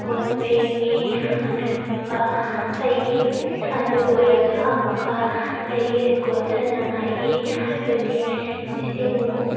ꯀꯣꯟ ꯐꯦꯡꯉꯤ ꯑꯗꯨꯗꯨꯒ ꯑꯩꯒꯤ ꯑꯗꯨ ꯂꯣꯏꯔꯒ ꯑꯃꯨꯛꯀ ꯑꯩꯒꯤ ꯁ꯭ꯀꯨꯜ ꯆꯠꯅꯉꯥꯏꯒꯤ ꯍꯥꯏꯕꯗꯤ ꯏꯁꯤꯡ